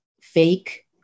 fake